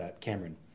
Cameron